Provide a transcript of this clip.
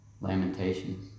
lamentation